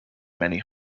many